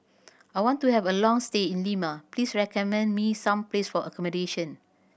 I want to have a long stay in Lima please recommend me some place for accommodation